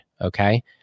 okay